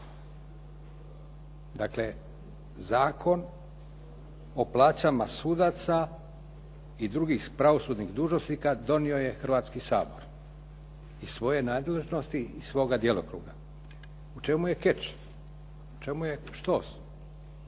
Dakle, Zakon o plaćama sudaca i drugih pravosudnih dužnosnika donio je Hrvatski sabor. Iz svoje nadležnosti i svoga djelokruga. U čemu je catch? U čemu je štos?